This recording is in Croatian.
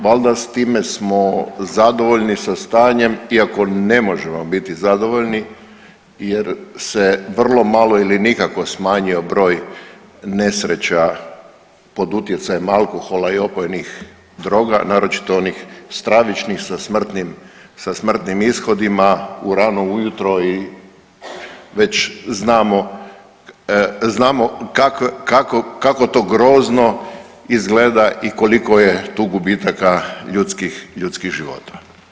Valjda s time smo zadovoljni sa stanjem iako ne možemo biti zadovoljni jer se vrlo malo ili nikako smanjio broj nesreća pod utjecajem alkohola i opojnih droga naročito onih stravičnih sa smrtnim, sa smrtnim ishodima u rano ujutro i već znamo, znamo kako to grozno izgleda i koliko je tu gubitaka ljudskih, ljudskih života.